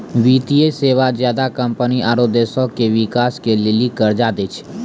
वित्तीय सेवा ज्यादा कम्पनी आरो देश के बिकास के लेली कर्जा दै छै